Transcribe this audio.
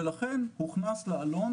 לכן הוכנס והעלון,